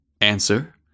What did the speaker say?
Answer